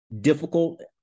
difficult